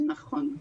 נכון.